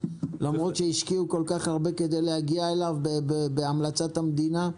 למרות שהשקיעו כל כך הרבה כדי להגיע אליו בהמלצת המדינה?